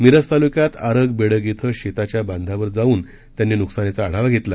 मिरज तालुक्यात आरग बेडग इथं शेताच्या बांधावर जाऊन त्यांनी नुकसानीचा आढावा घेतला